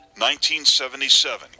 1977